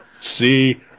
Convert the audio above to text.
See